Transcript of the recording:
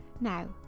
Now